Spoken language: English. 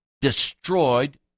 destroyed